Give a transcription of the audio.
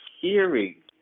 hearing